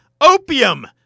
opium